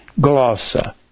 glossa